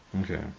Okay